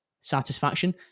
satisfaction